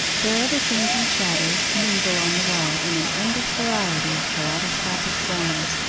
their ever-changing shadows mingle on the wall in an endless variety of kaleidoscopic forms,